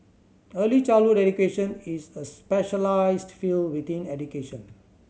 early childhood education is a specialised field within education